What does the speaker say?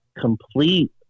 complete